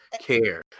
care